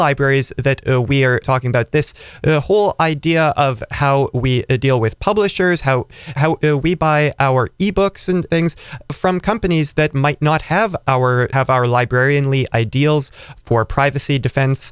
libraries that we're talking about this whole idea of how we deal with publishers how how we buy our e books and things from companies that might not have our have our librarian lee ideals for privacy defense